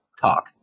talk